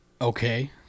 Okay